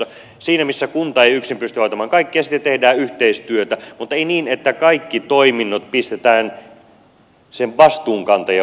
siinä missä kunta ei yksin pysty hoitamaan kaikkea sitten tehdään yhteistyötä mutta ei niin että kaikki toiminnot pistetään sen vastuunkantajan ulottumattomiin